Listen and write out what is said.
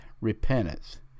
repentance